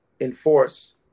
enforce